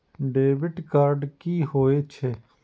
Debit card की होय छेय?